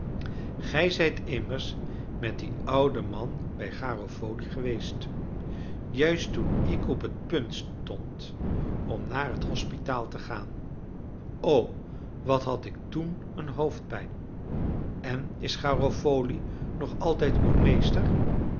gij zijt immers met dien ouden man bij garofoli geweest juist toen ik op het punt stond om naar het hospitaal te gaan o wat had ik toen een hoofdpijn en is garofoli nog altijd uw meester